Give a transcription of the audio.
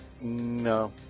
No